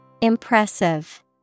Impressive